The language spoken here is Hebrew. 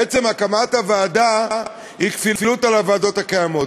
בעצם הקמת הוועדה היא כפילות של הוועדות הקיימות,